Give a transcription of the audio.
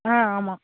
ஆ ஆமாம்